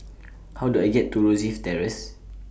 How Do I get to Rosyth Terrace